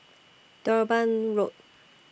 Durban Road